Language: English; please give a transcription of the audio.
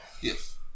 Yes